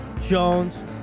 Jones—